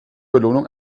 belohnung